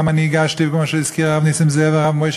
וגם אני הגשתי וגם הרב מוישה,